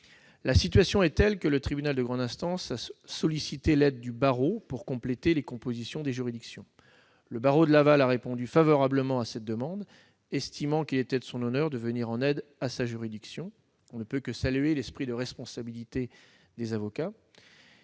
La situation est telle que le tribunal de grande instance a sollicité l'aide du barreau pour compléter les compositions des juridictions. Le barreau de Laval a répondu favorablement à cette demande, estimant qu'il était de son honneur de venir en aide à sa juridiction. On ne peut que saluer l'esprit de responsabilité des avocats.